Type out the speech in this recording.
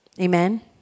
Amen